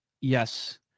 Yes